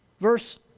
Verse